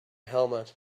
helmet